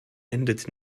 endet